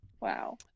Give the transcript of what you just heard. Wow